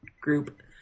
group